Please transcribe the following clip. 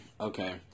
Okay